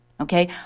okay